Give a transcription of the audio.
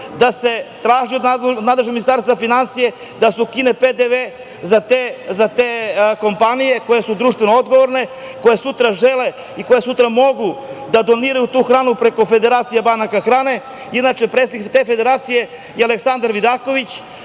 da se traži od nadležnog Ministarstva finansija, da se ukine PDV, za te kompanije koje su društveno odgovorne, koje sutra žele i koje sutra mogu da doniraju tu hranu, preko Federacija banaka hrane. Inače, predsednik te federacije je Aleksandar Vidaković,